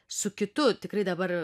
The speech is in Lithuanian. su kitu tikrai dabar